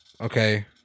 okay